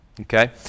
Okay